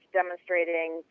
demonstrating